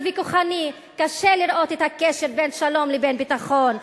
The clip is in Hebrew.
וכוחני קשה לראות את הקשר בין שלום לבין ביטחון.